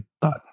thought